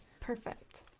Perfect